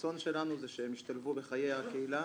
הרצון שלנו זה שהם ישתלבו בחיי הקהילה